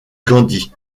gandhi